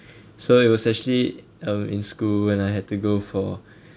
so it was actually um in school when I had to go for